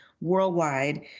worldwide